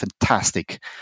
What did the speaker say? fantastic